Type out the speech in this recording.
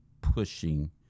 pushing